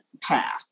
path